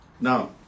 Now